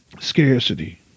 Scarcity